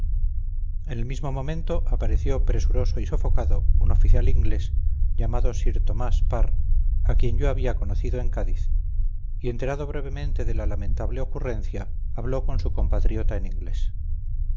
el mismo momento apareció presuroso y sofocado un oficial inglés llamado sir tomás parr a quien yo había conocido en cádiz y enterado brevemente de la lamentable ocurrencia habló con su compatriota en inglés